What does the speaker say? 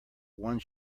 one